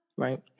Right